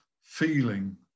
feeling